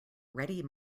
ready